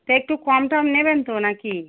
তা একটু কম টম নেবেন তো না কি